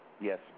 Yes